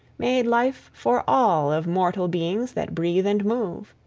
made life for all of mortal beings that breathe and move.